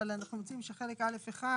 אבל אנחנו רוצים שחלק א'1,